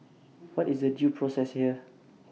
what is the due process here